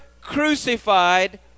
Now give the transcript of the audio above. crucified